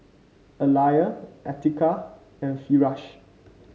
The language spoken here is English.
Alya Atiqah and Firash